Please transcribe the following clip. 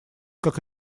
как